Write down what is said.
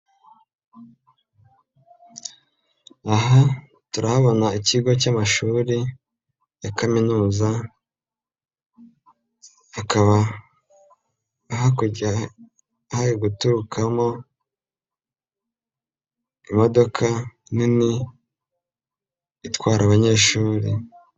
Aha turahabona ikigo cy'amashuri ya Kaminuza, akaba hakurya hari guturukamo imodoka nini itwara abanyeshuri.